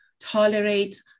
tolerate